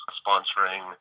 sponsoring